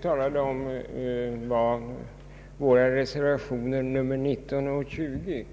talade särskilt om våra reservationer 19 och 20.